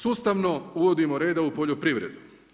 Sustavno uvodimo reda u poljoprivredu.